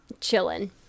Chilling